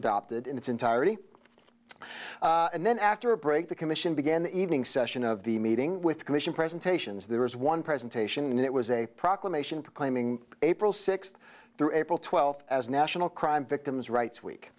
adopted in its entirety and then after a break the commission began the evening session of the meeting with the commission presentations there was one presentation and it was a proclamation proclaiming april sixth through april twelfth as national crime victims rights